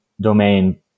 domain